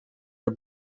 are